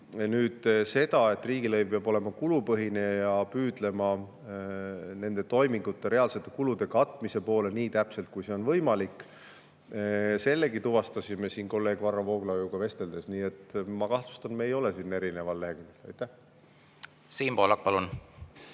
Nüüd see, et riigilõiv peab olema kulupõhine ja püüdlema nende toimingute reaalsete kulude katmise poole, nii täpselt kui see on võimalik – sellegi tuvastasime siin kolleeg Varro Vooglaiuga vesteldes. Nii et ma kahtlustan, et me ei ole siin erineval leheküljel. Siim Pohlak, palun!